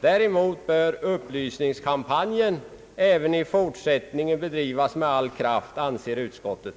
Däremot bör upplysningskampanjen även i fortsättningen bedrivas med all kraft, anser utskottet.